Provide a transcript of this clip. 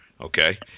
Okay